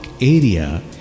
area